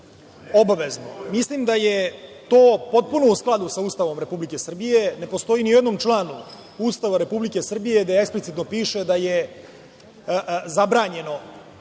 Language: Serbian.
obavezno. Mislim da je to potpuno u skladu sa Ustavom Republike Srbije. Ne postoji ni u jednom članu Ustava Republike Srbije da eksplicitno piše da je zabranjeno